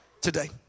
today